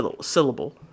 syllable